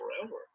forever